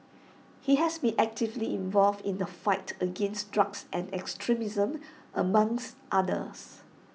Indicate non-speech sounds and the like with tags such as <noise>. he has been actively involved in the fight against drugs and extremism among <unintelligible> others